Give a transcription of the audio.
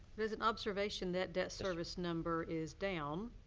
there's an observation that debt service number is down.